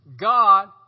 God